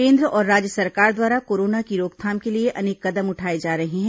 केन्द्र और राज्य सरकार द्वारा कोरोना की रोकथाम के लिए अनेक कदम उठाए जा रहे हैं